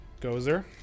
Gozer